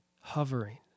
hovering